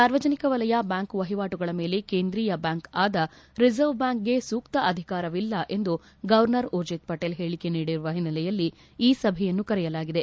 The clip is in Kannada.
ಸಾರ್ವಜನಿಕ ವಲಯ ಬ್ಯಾಂಕ್ ವಹಿವಾಟುಗಳ ಮೇಲೆ ಕೇಂದ್ರೀಯ ಬ್ಯಾಂಕ್ ಆದ ರಿಸರ್ವ್ ಬ್ಯಾಂಕಿಗೆ ಸೂಕ್ತ ಅಧಿಕಾರವಿಲ್ಲ ಎಂದು ಗವರ್ನರ್ ಊರ್ಜಿತ್ ಪಟೇಲ್ ಹೇಳಕೆ ನೀಡಿರುವ ಹಿನ್ನೆಲೆಯಲ್ಲಿ ಈ ಸಭೆಯನ್ನು ಕರೆಯಲಾಗಿದೆ